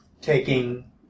taking